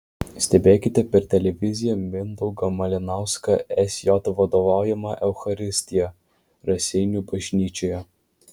stebėkite per televiziją mindaugo malinausko sj vadovaujamą eucharistiją raseinių bažnyčioje